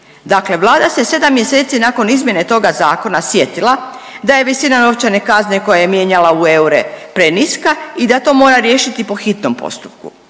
Dakle Vlada se 7 mjeseci nakon izmjene toga Zakona sjetila da je visina novčane kazne koje je mijenjala u eure preniska i da to mora riješiti po hitnom postupku.